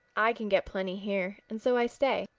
i can get plenty here and so i stay.